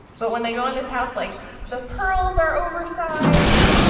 but when they go in this house, like the pearls are over-sized,